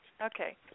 Okay